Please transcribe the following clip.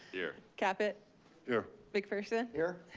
here. caput. here. mcpherson. here.